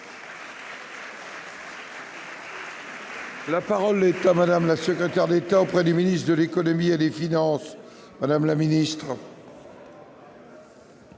La parole est à Mme la secrétaire d'État auprès du ministre de l'économie et des finances. Monsieur le sénateur